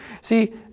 See